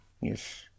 yes